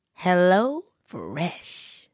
HelloFresh